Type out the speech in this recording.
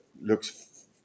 looks